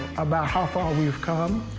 about how far we have come,